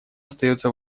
остается